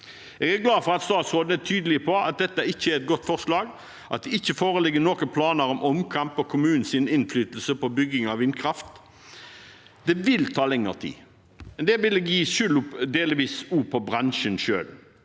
Jeg er glad for at statsråden er tydelig på at dette ikke er et godt forslag, at det ikke foreligger noen planer om omkamp om kommunenes innflytelse på bygging av vindkraft. Det vil ta lengre tid. Der vil jeg gi skylden delvis til bransjen selv,